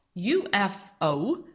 UFO